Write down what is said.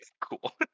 Cool